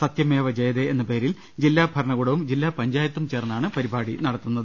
സ്തൃമ്മേവ ജയതേ എന്ന പേരിൽ ജില്ലാ ഭരണകൂടവും ജില്ലാപഞ്ചായ്ത്തും ചേർന്നാണ് പരിപാടി ന ടത്തുന്നത്